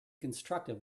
constructive